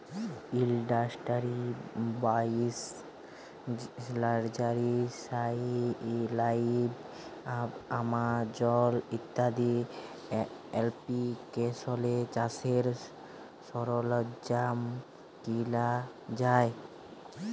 industry বাইশ, nursery live, Amazon ইত্যাদি এপ্লিকেশলে চাষের সরল্জাম কিলা যায়